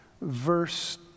verse